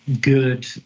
good